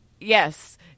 yes